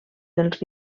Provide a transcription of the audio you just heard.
dels